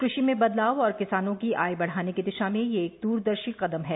कृषि में बदलाव और किसानों की आय बढ़ाने की दिशा में यह एक दूरदर्शी कदम है